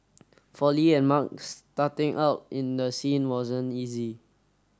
for Li and Mark starting out in the scene wasn't easy